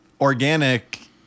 organic